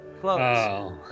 close